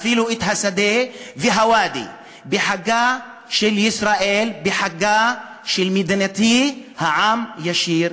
אפילו את השדה והוואדי// בחגה של ישראל/ בחגה של מדינתי/ העם ישיר,